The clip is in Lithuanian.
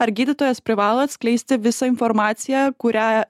ar gydytojas privalo atskleisti visą informaciją kurią